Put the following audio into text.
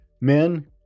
Men